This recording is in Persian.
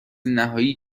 نهایی